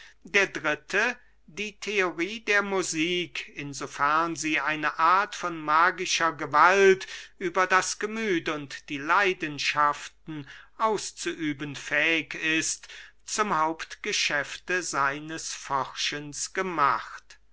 der dritte die theorie der musik in so fern sie eine art von magischer gewalt über das gemüth und die leidenschaften auszuüben fähig ist zum hauptgeschäfte seines forschens gemacht